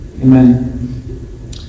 Amen